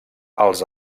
els